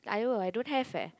!aiyo! I don't have leh